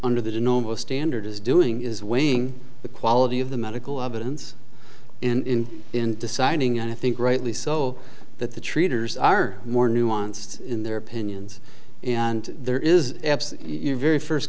under the normal standard is doing is weighing the quality of the medical evidence in in deciding and i think rightly so that the treaters are more nuanced in their opinions and there is absent in your very first